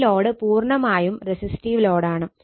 ഈ ലോഡ് പൂർണ്ണമായും റെസിസ്റ്റീവ് ലോഡാണ്